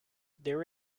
there